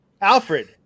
Alfred